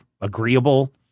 agreeable